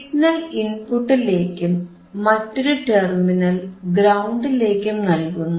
signal ഇൻപുട്ടിലേക്കും മറ്റൊരു terminal ഗ്രൌണ്ടിലേക്കും നൽകുന്നു